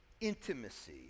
intimacy